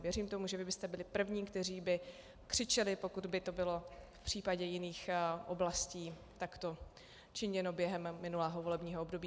Věřím tomu, že vy byste byli první, kteří by křičeli, pokud by to bylo v případě jiných oblastí takto činěno během minulého volebního období.